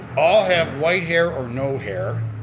all have white hair or no hair.